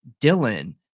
dylan